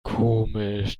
komisch